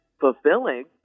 fulfilling